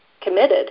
committed